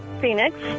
Phoenix